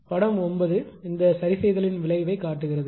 படம் 9 இந்த சரிசெய்தலின் விளைவைக் காட்டுகிறது